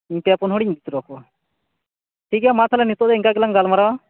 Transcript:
ᱤᱧ ᱯᱮ ᱯᱩᱱ ᱦᱚᱲᱤᱧ ᱤᱫᱤᱛᱚᱨᱟ ᱠᱚᱣᱟ ᱴᱷᱤᱠᱜᱮᱭᱟ ᱢᱟ ᱛᱟᱦᱚᱞᱮ ᱱᱤᱛᱚᱜ ᱫᱚ ᱤᱱᱠᱟᱹ ᱜᱮᱞᱟᱝ ᱜᱟᱞᱢᱟᱨᱟᱣᱟ